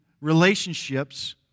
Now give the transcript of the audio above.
relationships